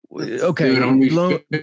Okay